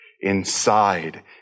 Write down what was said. inside